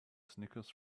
snickers